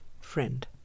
Friend